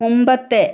മുമ്പത്തെ